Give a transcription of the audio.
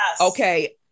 okay